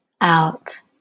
out